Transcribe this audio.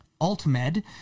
AltMed